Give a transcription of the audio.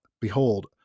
behold